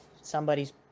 somebody's